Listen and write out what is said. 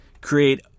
create